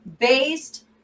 based